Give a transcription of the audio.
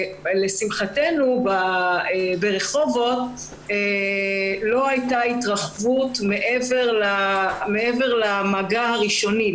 לשמחתנו ברחובות לא הייתה התרחבות מעבר למגע הראשוני.